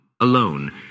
alone